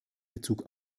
bezug